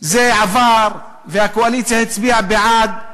זה עבר, והקואליציה הצביעה בעד.